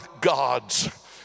gods